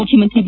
ಮುಖ್ಯಮಂತ್ರಿ ಬಿ